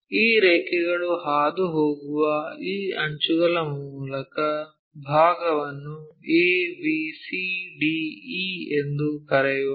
ಈ ರೇಖೆಗಳು ಹಾದುಹೋಗುವ ಈ ಅಂಚುಗಳ ಮೂಲಕ ಭಾಗವನ್ನು A B C D E ಎಂದು ಕರೆಯೋಣ